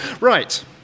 Right